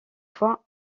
fois